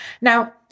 Now